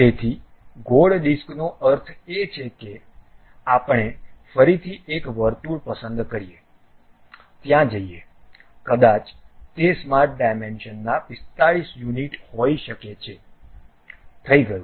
તેથી ગોળ ડિસ્કનો અર્થ એ છે કે આપણે ફરીથી એક વર્તુળ પસંદ કરીએ ત્યાં જઇએ કદાચ તે સ્માર્ટ ડાયમેન્શનના 45 યુનિટ હોઈ શકે છે થઈ ગયું